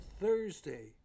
Thursday